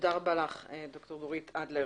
תודה רבה לך ד"ר דורית אדלר.